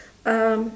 um